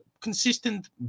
consistent